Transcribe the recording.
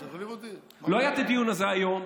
לא היה הדיון הזה היום.